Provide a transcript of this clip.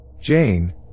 Jane